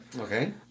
Okay